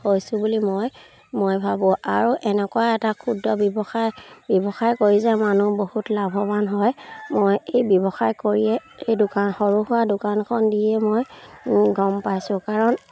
হৈছোঁ বুলি মই মই ভাবোঁ আৰু এনেকুৱা এটা ক্ষুদ্ৰ ব্যৱসায় ব্যৱসায় কৰি যে মানুহ বহুত লাভৱান হয় মই এই ব্যৱসায় কৰিয়ে এই দোকান সৰু সুৰা দোকানখন দিয়ে মই গম পাইছোঁ কাৰণ